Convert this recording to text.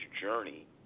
journey